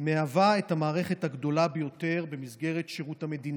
מהווה את המערכת הגדולה ביותר במסגרת שירות המדינה.